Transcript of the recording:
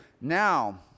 Now